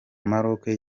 maroc